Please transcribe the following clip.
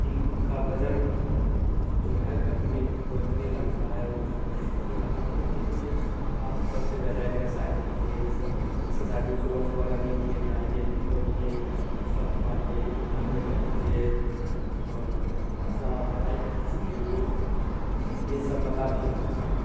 क्योंकि उनका वज़न जो है घटने घटने लगता है और घटाने के लिए आप सबसे ज़्यादा एक्ससासाइज़ कीजिए एक्ससासाइज़ एक्सासाइज़ में सुबह सुबह रनिंग में जाइए दौड़िए पुशअप मारिए उठक बैठक कीजिए और अपना हाथ खिचिए वह सब यह सब वाला भी आता है